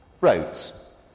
roads